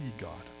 God